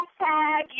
Hashtag